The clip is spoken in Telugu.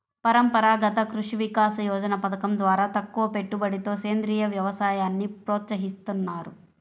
పరంపరాగత కృషి వికాస యోజన పథకం ద్వారా తక్కువపెట్టుబడితో సేంద్రీయ వ్యవసాయాన్ని ప్రోత్సహిస్తున్నారు